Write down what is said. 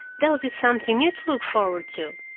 that'll be something new to look forward to.